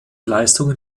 leistungen